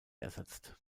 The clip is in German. ersetzt